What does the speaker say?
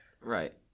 Right